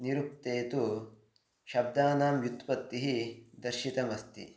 निरुक्ते तु शब्दानां व्युत्पत्तिः दर्शितमस्ति